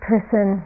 person